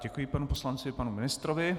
Děkuji panu poslanci i panu ministrovi.